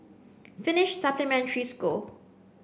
Finnish Supplementary School